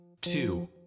two